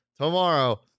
Tomorrow